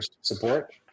support